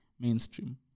Mainstream